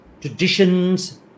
traditions